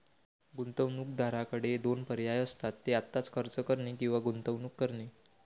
गुंतवणूकदाराकडे दोन पर्याय असतात, ते आत्ताच खर्च करणे किंवा गुंतवणूक करणे